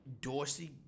Dorsey